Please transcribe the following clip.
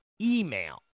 email